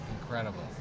incredible